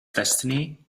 destiny